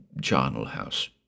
charnel-house